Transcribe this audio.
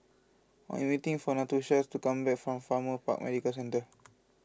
I am waiting for Natosha to come back from Farrer Park Medical Centre